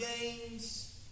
Games